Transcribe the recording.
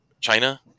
China